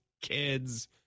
kids